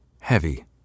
Heavy